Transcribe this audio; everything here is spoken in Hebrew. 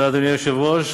אדוני היושב-ראש,